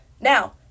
Now